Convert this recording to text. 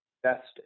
Best